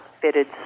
fitted